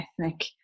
ethnic